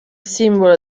simbolo